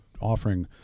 offering